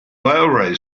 railway